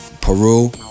Peru